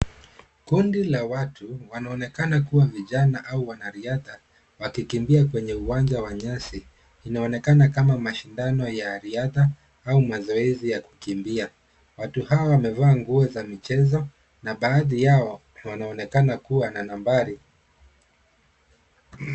Kundi la watu wanaonekana kuwa ni vijana au wanariadha wakikimbia kwenye uwanja wa nyasi ,inaonekana kama mashindano ya riadha au mazoezi ya kukimbia .Watu hawa wamevaa nguo za michezo na baadhi yao wanaonekana kuwa na nambari.